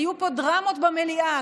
היו פה דרמות במליאה,